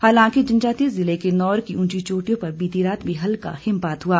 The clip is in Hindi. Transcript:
हालांकि जनजातीय जिले किन्नौर की उंची चोटियों पर बीती रात भी हल्का हिमपात हुआ